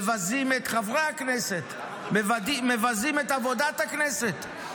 מבזים את חברי הכנסת, מבזים את עבודת הכנסת.